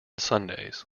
sundays